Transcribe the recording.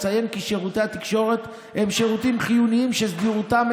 אציין כי שירותי התקשורת הם שירותים חיוניים וסדירותם,